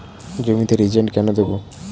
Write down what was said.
জমিতে রিজেন্ট কেন দেবো?